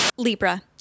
Libra